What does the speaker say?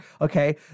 Okay